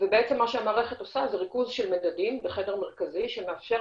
ומה שהמערכת עושה זה ריכוז מדדים בחדר מרכזי שמאפשר